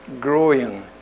growing